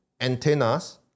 antennas